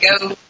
go